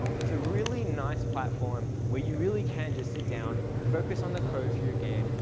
it's a really nice platform where you really can just sit down, focus on the code for you game,